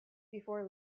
before